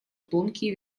тонкие